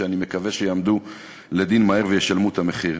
שאני מקווה שיעמדו לדין מהר וישלמו את המחיר,